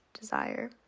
desire